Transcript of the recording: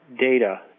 data